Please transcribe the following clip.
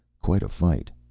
quite a fight.